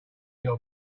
your